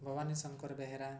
Bhagwani Shankar Behera